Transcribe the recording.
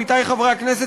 עמיתי חברי הכנסת,